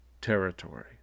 territory